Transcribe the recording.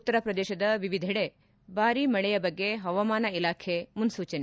ಉತ್ತರಪದೇಶದ ವಿವಿಧೆಡೆ ಭಾರಿ ಮಳೆಯ ಬಗ್ಗೆ ಹವಾಮಾನ ಇಲಾಖೆ ಮುನ್ನೂಚನೆ